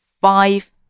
five